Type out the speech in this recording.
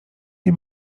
nie